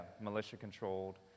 militia-controlled